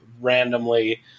randomly